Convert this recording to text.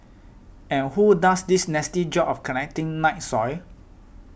and who does this nasty job of collecting night soil